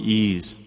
ease